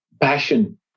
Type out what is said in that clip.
passion